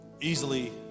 easily